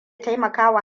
taimakawa